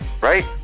right